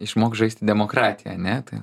išmok žaisti demokratiją ane tai